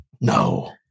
No